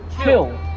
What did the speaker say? kill